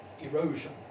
erosion